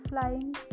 flying